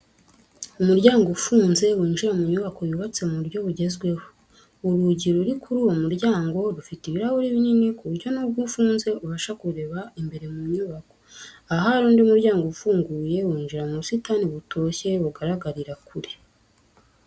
Umuryango ufunze winjira mu nyubako yubatse mu buryo bugezweho, urugi ruri kuri uwo muryango rufite ibirahuri binini ku buryo nubwo ufunze ubasha kureba imbere mu nyubako, ahari undi muryango ufunguye winjira mu busitani butoshye bugaragarira kure.